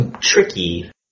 tricky